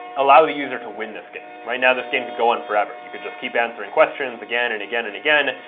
allow the user to win this game. right now, this game could go on forever. you could just keep answering questions again and again and again,